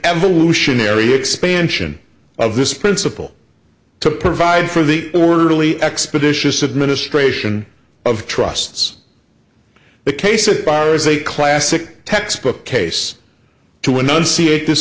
evolutionary expansion of this principle to provide for the orderly expeditious administration of trusts the case of bar is a classic textbook case to enunciate this